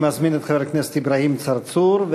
אני מזמין את חבר הכנסת אברהים צרצור,